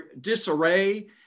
disarray